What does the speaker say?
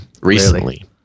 recently